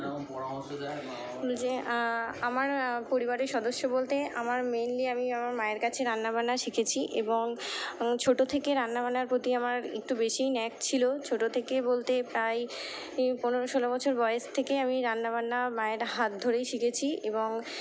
যে আমার পরিবারের সদস্য বলতে আমার মেইনলি আমি আমার মায়ের কাছে রান্নাবান্না শিখেছি এবং ছোটো থেকে রান্নাবান্নার প্রতি আমার একটু বেশিই ন্যাক ছিল ছোটো থেকে বলতে প্রায় পনেরো ষোলো বছর বয়স থেকে আমি রান্নাবান্না মায়ের হাত ধরেই শিখেছি এবং